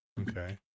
Okay